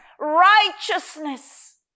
Righteousness